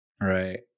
right